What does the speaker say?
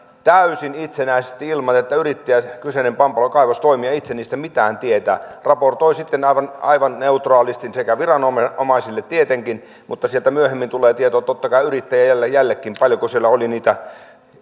täysin itsenäisesti ilman että yrittäjä kyseinen pampalon kaivostoimija itse niistä mitään tietää raportoi sitten aivan aivan neutraalisti viranomaisille tietenkin mutta sieltä myöhemmin tulee tieto totta kai yrittäjällekin paljonko siellä oli niitä